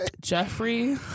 Jeffrey